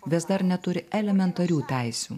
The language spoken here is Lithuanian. vis dar neturi elementarių teisių